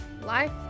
Life